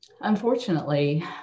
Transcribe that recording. Unfortunately